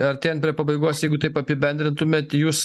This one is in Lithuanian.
artėjant prie pabaigos jeigu taip apibendrintumėt jūs